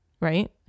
right